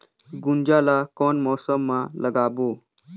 गुनजा ला कोन मौसम मा लगाबो?